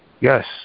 Yes